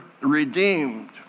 redeemed